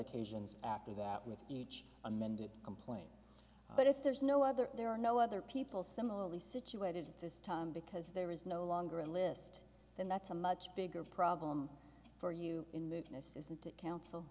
occasions after that with each amended complaint but if there's no other there are no other people similarly situated at this time because there is no longer a list then that's a much bigger problem for you in